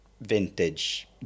vintage